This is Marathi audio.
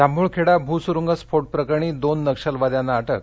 जांभुळखेडा भू सुरूंगस्फोट प्रकरणी दोन नक्षलवाद्यांना अटक